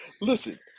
Listen